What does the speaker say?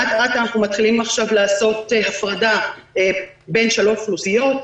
אט-אט אנחנו מתחילים עכשיו לעשות הפרדה בין שלוש אוכלוסיות: